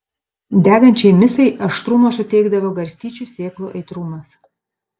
degančiai misai aštrumo suteikdavo garstyčių sėklų aitrumas